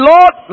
Lord